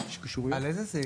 על איזה סעיף?